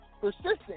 Persistent